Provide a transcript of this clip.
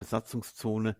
besatzungszone